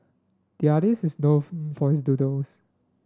the artist is known for his doodles